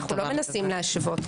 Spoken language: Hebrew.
אנחנו לא מנסים להשוות.